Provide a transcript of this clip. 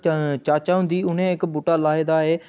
चाचा हुंदी उ'नें इक बूह्टा लाए दा ऐ